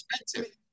expensive